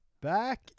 back